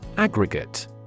Aggregate